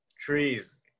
Trees